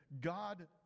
God